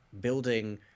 building